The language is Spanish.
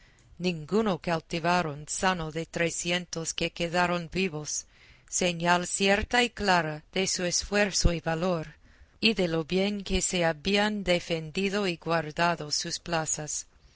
ninguno cautivaron sano de trecientos que quedaron vivos señal cierta y clara de su esfuerzo y valor y de lo bien que se habían defendido y guardado sus plazas